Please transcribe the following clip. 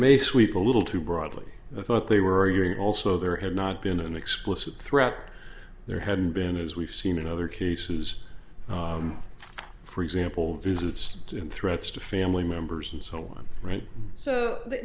may sweep a little too broadly the thought they were hearing also there had not been an explicit threat there hadn't been as we've seen in other cases for example visits to threats to family members and so on right so they